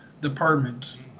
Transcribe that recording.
departments